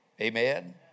Amen